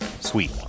Sweet